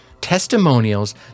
Testimonials